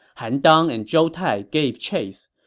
han dang and zhou tai gave chase.